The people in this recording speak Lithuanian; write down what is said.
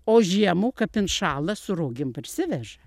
o žiemų kap inšąla su rogėm prisiveža